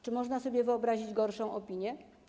Czy można sobie wyobrazić gorszą opinię?